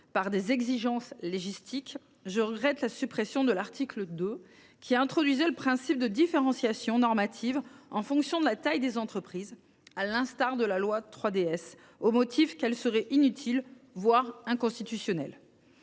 d’exigences légistiques, je regrette la suppression de l’article 2, qui introduisait le principe de différenciation normative en fonction de la taille des entreprises, à l’instar de la loi 3DS, au motif que cette mesure serait inutile, voire inconstitutionnelle.